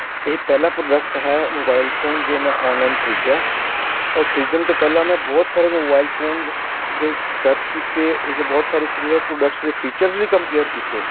ਇਹ ਪਹਿਲਾ ਪ੍ਰੋਡਕਟ ਹੈ ਮੋਬਾਇਲ ਫੋਨ ਜੋ ਮੈਂ ਔਨਲਾਈਨ ਖਰੀਦਿਆ ਔਰ ਖਰੀਦਣ ਤੋਂ ਪਹਿਲਾਂ ਮੈਂ ਬਹੁਤ ਸਾਰੇ ਮੋਬਾਈਲ ਫੋਨਸ ਦੇ ਸਰਚ ਕੀਤੇ ਉਸ ਦੇ ਬਹੁਤ ਸਾਰੇ ਸਿਮੀਲਰ ਪ੍ਰੋਡਕਟਸ ਦੇ ਫੀਚਰਸ ਵੀ ਕੰਪੇਅਰ ਕੀਤੇ